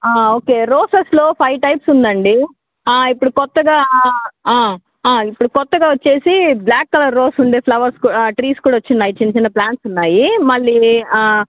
okay రోసెస్లో five types ఉందండి ఇప్పుడు కొత్తగా ఇప్పుడు కొత్తగా వచ్చేసి బ్ల్యాక్ కలర్ రోజ్ ఉండే ఫ్లవర్స్ కూడా ట్రీస్ కూడా వచ్చిన్నాయి చిన్న చిన్న ప్లాంట్స్ ఉన్నాయి మళ్ళీ